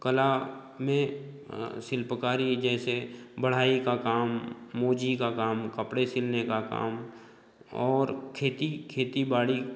कला में शिल्पकारी जैसे बढ़ई का काम मोची का काम कपड़े सिलने का काम और खेती खेती बाड़ी